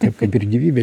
taip kaip ir gyvybė